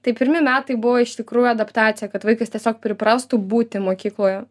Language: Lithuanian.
tai pirmi metai buvo iš tikrųjų adaptacija kad vaikas tiesiog priprastų būti mokykloje